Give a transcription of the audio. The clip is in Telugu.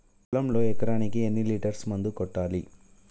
పొలంలో ఎకరాకి ఎన్ని లీటర్స్ మందు కొట్టాలి?